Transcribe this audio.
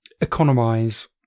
economise